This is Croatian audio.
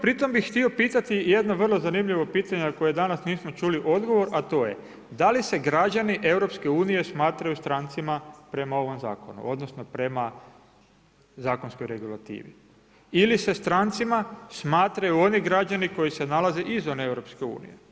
Pri tom bi htio pitati jedno vrlo zanimljivo pitanje na koje danas nismo čuli odgovor, a to je, da li se građani EU smatraju strancima prema ovom zakonu odnosno prema zakonskoj regulativi ili se strancima smatraju oni građani koji se nalaze izvan EU?